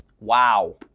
Wow